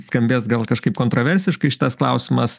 skambės gal kažkaip kontraversiškai šitas klausimas